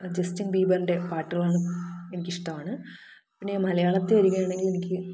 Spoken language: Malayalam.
ജസ്റ്റിൻ ബീബറിൻ്റെ പാട്ടുകൾ എനിക്ക് ഇഷ്ടമാണ് പിന്നെ മലയാളത്തില് വരികയാണെങ്കില് എനിക്ക്